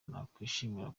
nakwishimira